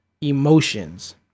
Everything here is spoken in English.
emotions